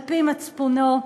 על-פי מצפונו,